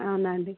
అవునా అండి